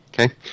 Okay